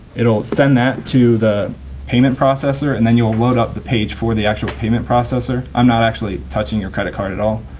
it'll send that to the payment processor and then you'll load up the page for the actual payment processor, i'm not actually touching your credit card at all.